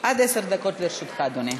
עד עשר דקות לרשותך, אדוני.